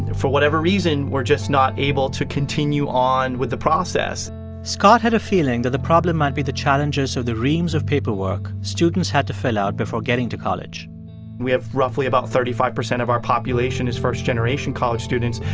for whatever reason, were just not able to continue on with the process scott had a feeling that the problem might be the challenges of the reams of paperwork students had to fill out before getting to college we have roughly, about thirty five percent of our population is first-generation college students.